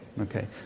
okay